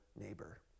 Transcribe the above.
neighbor